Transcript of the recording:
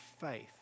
faith